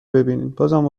ببینینبازم